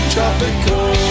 Tropical